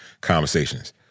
conversations